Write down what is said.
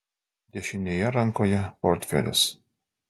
dešinėje rankoje portfelis